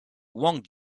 wang